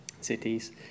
cities